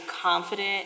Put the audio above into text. confident